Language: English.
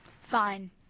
Fine